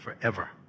forever